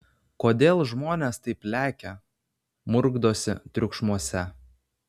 kodėl žmonės taip lekia murkdosi triukšmuose